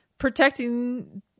protecting